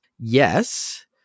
Yes